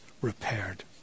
repaired